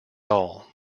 all